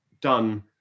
done